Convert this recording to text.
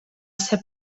ser